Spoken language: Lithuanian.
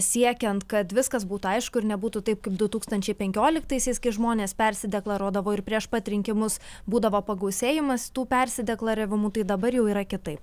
siekiant kad viskas būtų aišku ir nebūtų taip kaip du tūkstančiai penkioliktaisiais kai žmonės persi deklaruodavo ir prieš pat rinkimus būdavo pagausėjimas tų persideklaravimų tai dabar jau yra kitaip